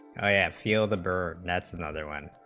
yeah feel the burn that's another one